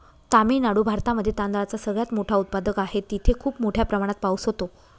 तामिळनाडू भारतामध्ये तांदळाचा सगळ्यात मोठा उत्पादक आहे, तिथे खूप मोठ्या प्रमाणात पाऊस होतो